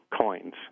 coins